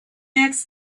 next